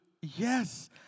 Yes